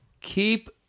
Keep